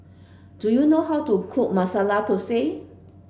do you know how to cook Masala Thosai